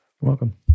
Welcome